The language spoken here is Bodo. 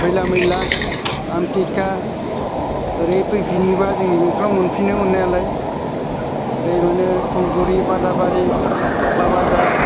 खैला मैला आमथिखा ओरै फैफिनोब्ला जोंनि बेंथलाव मोनफैयो मोनफैनायालाय ओरै मोनो उगुरि फाथाबारि फाग्लाबाजार